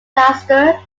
plaster